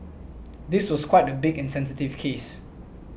this was quite a big and sensitive case